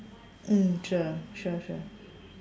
mm sure sure sure